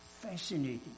Fascinating